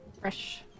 fresh